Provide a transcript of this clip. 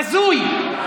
בזוי.